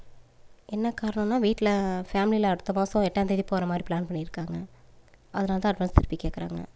என்ன காரணன்னா வீட்டில் ஃபேமிலில் அடுத்த மாதம் எட்டாந்தேதி போகிற மாதிரி பிளான் பண்ணி இருக்காங்க அதனால் தான் அட்வான்ஸ் திருப்பி கேட்குறாங்க